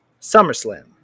SummerSlam